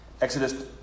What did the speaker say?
Exodus